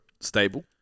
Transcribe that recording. stable